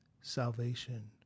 salvation